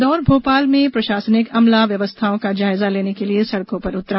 इन्दौर भोपाल में प्रशासनिक अमला व्यवस्थाओं का जायजा लने के लिए सडकों पर उतरा